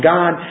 God